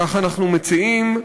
כך אנחנו מציעים,